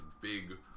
big